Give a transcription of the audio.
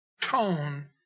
tone